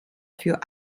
für